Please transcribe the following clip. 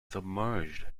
submerged